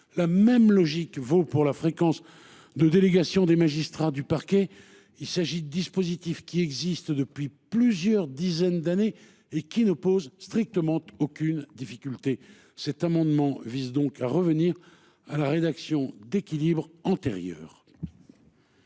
la même logique vaut pour la fréquence de délégation des magistrats du parquet, il s'agit de dispositifs qui existent depuis plusieurs dizaines d'années et qui ne pose strictement aucune difficulté cet amendement vise donc à revenir à la rédaction d'équilibres antérieurs.